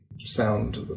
sound